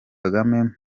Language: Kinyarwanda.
kagame